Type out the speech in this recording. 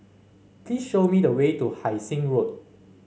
please show me the way to Hai Sing Road